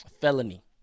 felony